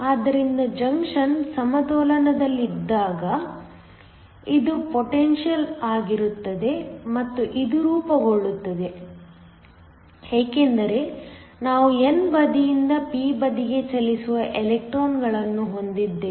ಆದ್ದರಿಂದ ಜಂಕ್ಷನ್ ಸಮತೋಲನದಲ್ಲಿದ್ದಾಗ ಇದು ಪೊಟೆನ್ಶಿಯಲ್ವಾಗಿರುತ್ತದೆ ಮತ್ತು ಇದು ರೂಪುಗೊಳ್ಳುತ್ತದೆ ಏಕೆಂದರೆ ನಾವು n ಬದಿಯಿಂದ p ಬದಿಗೆ ಚಲಿಸುವ ಎಲೆಕ್ಟ್ರಾನ್ಗಳನ್ನು ಹೊಂದಿದ್ದೇವೆ